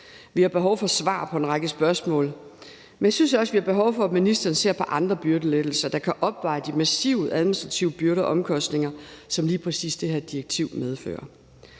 Vi har behov for svar på en række spørgsmål, men jeg synes også, vi har behov for, at ministeren ser på andre byrdelettelser, der kan opveje de massive administrative byrder og omkostninger, som lige præcis det her direktiv medfører.